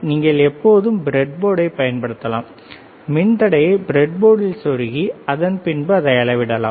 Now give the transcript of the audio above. நீங்கள் எப்போதும் ப்ரெட்போர்டைப் பயன்படுத்தலாம் மின்தடையை பிரட் போர்டில் சொருகி அதன் பின்பு அதை அளவிடலாம்